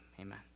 amen